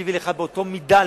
לי ולך באותה מידה,